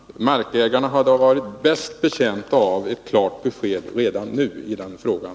Herr talman! Markägarna hade varit bäst betjänta av ett klart besked redan nu i den frågan.